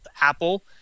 Apple